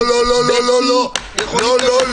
לא, לא, לא.